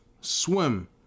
swim